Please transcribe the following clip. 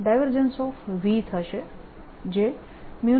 જે 0